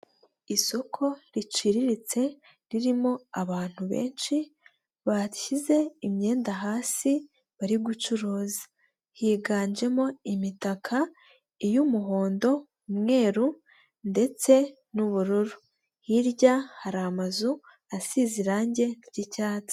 Isoko riciriritse ririmo abantu benshi basize imyenda hasi, bari gucuruza. Higanjemo imitaka: iy'umuhondo, umweru ndetse n'ubururu. Hirya hari amazu asize irange ry'icyatsi.